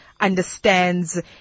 understands